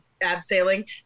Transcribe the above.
abseiling